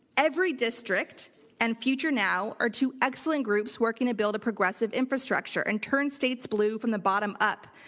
everydistrict and future now are two excellent groups working to build a progressive infrastructure and turn states blue from the bottom up.